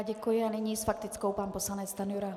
Děkuji a nyní s faktickou pan poslanec Stanjura.